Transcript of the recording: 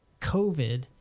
COVID